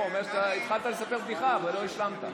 הוא אומר שהתחלת לספר בדיחה ולא השלמת,